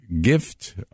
gift